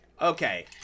Okay